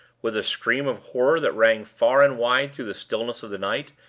with a scream of horror that rang far and wide through the stillness of the night,